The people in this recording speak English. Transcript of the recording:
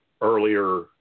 earlier